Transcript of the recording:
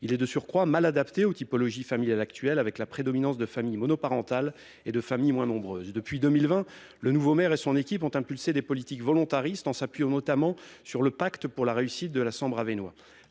Il est de surcroît mal adapté aux typologies familiales actuelles, avec la prédominance de familles monoparentales et de familles moins nombreuses. Depuis 2020, le nouveau maire et son équipe ont engagé des politiques volontaristes, en s'appuyant notamment sur le pacte pour la réussite de la Sambre-Avesnois-Thiérache.